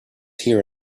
here